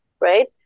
right